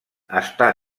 està